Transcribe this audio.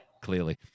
clearly